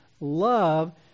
Love